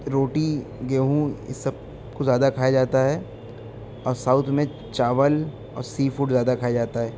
روٹی گیہوں اس سب کو زیادہ کھایا جاتا ہے اور ساؤتھ میں چاول اور سی فوڈ زیادہ کھایا جاتا ہے